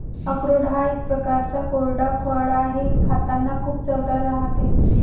अक्रोड हा एक प्रकारचा कोरडा फळ आहे, खातांना खूप चवदार राहते